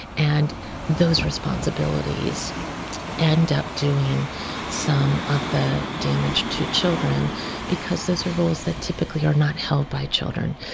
and those responsibilities end up doing some of the damage to children because those are roles that typically are not held by children.